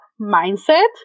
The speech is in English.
mindset